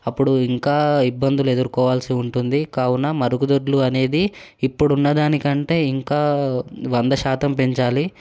అప్పుడు ఇంకా ఇబ్బందులు ఎదుర్కోవాల్సి ఉంటుంది కావున మరుగుదొడ్లు అనేది ఇప్పుడు ఉన్న దానికంటే ఇంకా వంద శాతం పెంచాలి